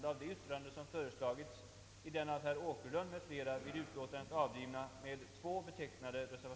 6, som börjar med orden » Valutapolitiken - fortsatte» och slutar med orden »ägt rum i utlandet», röstar